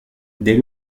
dès